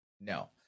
No